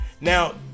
now